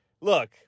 look